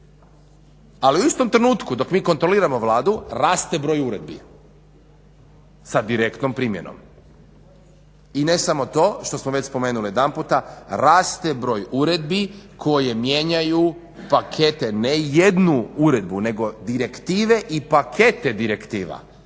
Ali u istom trenutku dok mi kontroliramo Vladu, raste broj uredbi sa direktnom primjenom. I ne samo to, što smo već spomenuli jedanput, raste broj uredbi koje mijenjaju pakete, ne jednu uredbu, nego direktive i pakete direktiva.